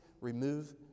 remove